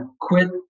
quit